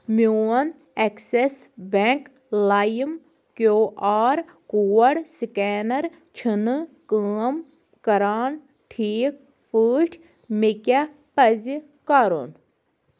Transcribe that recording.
میٛون Axis bank لایِم Q R code scanner چھُ نہٕ کٲم کَران ٹھیٖک پٲٹھۍ مےٚ کیٛاہ پزِ کَرُن